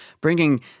bringing